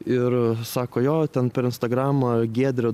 ir sako jo ten per instagramą giedrė